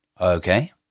Okay